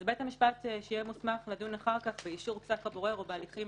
אז בית המשפט שיהיה מוסמך לדון אחר כך באישור פסק הבורר או בהליכים